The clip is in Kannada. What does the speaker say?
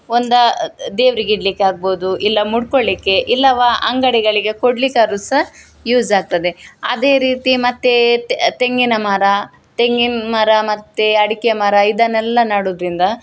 ಒಂದು ದೇವ್ರಿಗೆ ಇಡಲಿಕ್ಕೆ ಆಗ್ಬೋದು ಇಲ್ಲ ಮುಡ್ಕೊಳ್ಲಿಕ್ಕೆ ಇಲ್ಲವೆ ಅಂಗಡಿಗಳಿಗೆ ಕೊಡ್ಲಿಕ್ಕಾದ್ರು ಸಹ ಯೂಸ್ ಆಗ್ತದೆ ಅದೇ ರೀತಿ ಮತ್ತು ತೆಂಗಿನ ಮರ ತೆಂಗಿನ ಮರ ಮತ್ತು ಅಡಿಕೆ ಮರ ಇದನ್ನೆಲ್ಲ ನೆಡುದ್ರಿಂದ